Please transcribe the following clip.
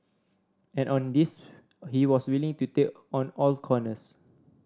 and on this he was willing to take on all corners